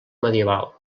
medieval